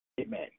Amen